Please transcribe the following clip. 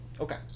Okay